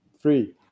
three